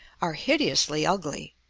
are hideously ugly.